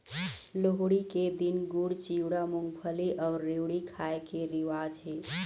लोहड़ी के दिन गुड़, चिवड़ा, मूंगफली अउ रेवड़ी खाए के रिवाज हे